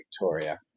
Victoria